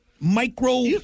Micro